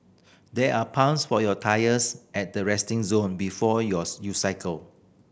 there are pumps for your tyres at the resting zone before your you cycle